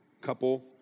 couple